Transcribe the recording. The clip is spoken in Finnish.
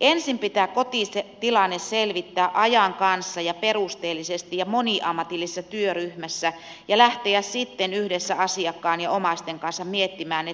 ensin pitää kotitilanne selvittää ajan kanssa ja perusteellisesti ja moniammatillisessa työryhmässä ja lähteä sitten yhdessä asiakkaan ja omaisten kanssa miettimään